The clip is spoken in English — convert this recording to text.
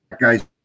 guy's